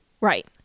Right